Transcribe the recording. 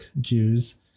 Jews